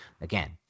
again